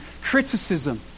criticism